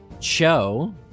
Cho